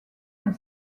and